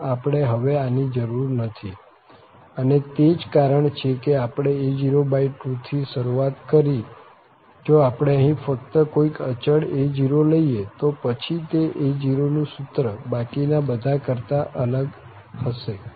આમ આપણે હવે આની જરૂર નથી અને તે જ કારણ છે કે આપણે a02 થી શરૂઆત કરી જો આપણે અહીં ફક્ત કોઈક અચળ a0 લઈએ તો પછી તે a0 નું સૂત્ર બાકી ના બધા કરતા અલગ હશે